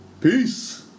Peace